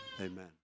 Amen